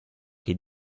che